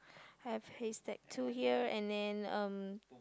have haystack too here and then um